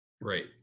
Right